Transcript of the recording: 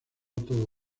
todo